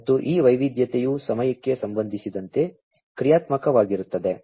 ಮತ್ತು ಈ ವೈವಿಧ್ಯತೆಯು ಸಮಯಕ್ಕೆ ಸಂಬಂಧಿಸಿದಂತೆ ಕ್ರಿಯಾತ್ಮಕವಾಗಿರುತ್ತದೆ